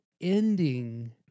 ending